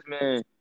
man